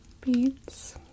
beads